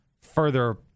further